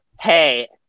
hey